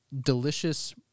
delicious